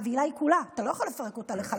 החבילה היא כולה, אתה לא יכול לפרק אותה לחלקים.